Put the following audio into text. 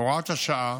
הוראת השעה